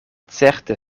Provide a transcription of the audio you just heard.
certe